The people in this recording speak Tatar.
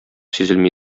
сизелми